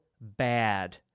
bad